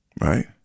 right